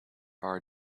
are